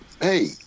hey